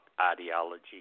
ideology